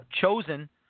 chosen